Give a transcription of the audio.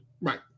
right